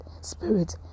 spirit